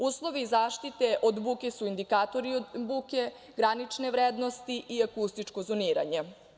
Uslovi zaštite od buke su indikatori od buke, granične vrednosti i akustičko zoniranje.